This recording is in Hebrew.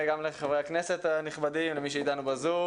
לחברי הכנסת ולמי שאתנו ב-זום.